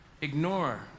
ignore